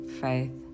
faith